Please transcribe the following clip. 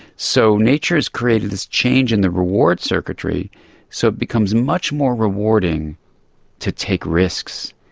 so nature has created this change in the reward circuitry so it becomes much more rewarding to take risks,